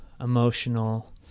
emotional